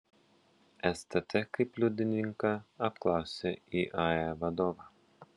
stt kaip liudininką apklausė iae vadovą